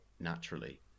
naturally